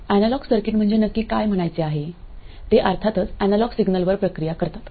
analogue circuit म्हणजे नक्की काय म्हणायचे आहे ते अर्थातच एनालॉग सिग्नलवर प्रक्रिया करतात